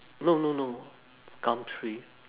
no no no gumtree